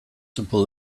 simple